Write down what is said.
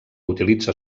utilitza